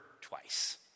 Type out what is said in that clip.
twice